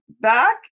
back